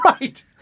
Right